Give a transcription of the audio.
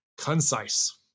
concise